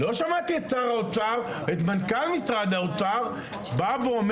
לא שמעתי את שר האוצר ואת מנכ"ל משרד האוצר אומרים